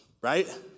right